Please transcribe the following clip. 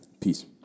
peace